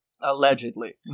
Allegedly